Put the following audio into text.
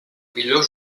millor